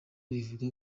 rivuga